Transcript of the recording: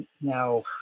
now